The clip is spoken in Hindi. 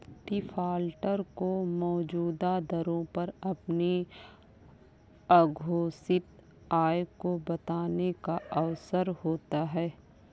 डिफाल्टर को मौजूदा दरों पर अपनी अघोषित आय को बताने का अवसर होता है